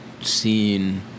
seen